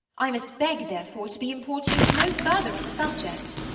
i must beg, therefore, to be importuned no further on the subject.